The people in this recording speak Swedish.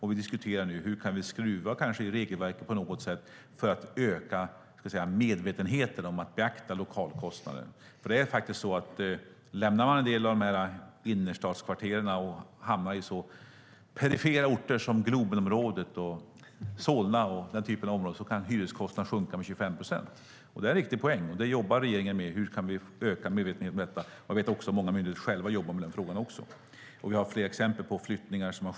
Vi diskuterar hur vi kan skruva i regelverket för att öka medvetenheten om att beakta lokalkostnaden. Om man lämnar en del av innerstadskvarteren och hamnar i så "perifera orter" som Globenområdet och Solna kan hyreskostnaderna sjunka med 25 procent. Det är en viktig poäng. Regeringen jobbar med hur vi kan öka medvetenheten om dessa frågor. Jag vet många myndigheter som själva jobbar med frågan. Det finns flera exempel på flyttar.